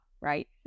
right